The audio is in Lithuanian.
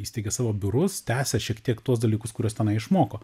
įsteigė savo biurus tęsia šiek tiek tuos dalykus kuriuos tenai išmoko